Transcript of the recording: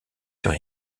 sur